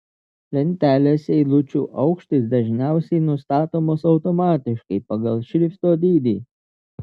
lentelės eilučių aukštis dažniausiai nustatomas automatiškai pagal šrifto dydį